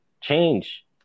change